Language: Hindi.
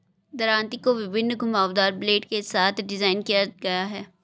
दरांती को विभिन्न घुमावदार ब्लेड के साथ डिज़ाइन किया गया है